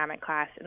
class